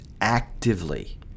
actively